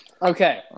Okay